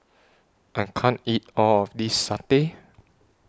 I can't eat All of This Satay